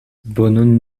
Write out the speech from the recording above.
bonon